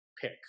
pick